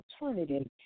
alternative